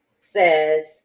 says